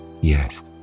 Yes